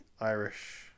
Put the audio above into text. Irish